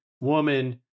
woman